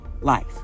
life